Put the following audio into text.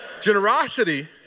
Generosity